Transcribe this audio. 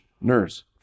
Nurse